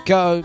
go